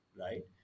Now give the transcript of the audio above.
right